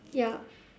ya